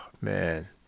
man